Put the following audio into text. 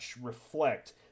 reflect